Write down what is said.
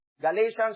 Galatians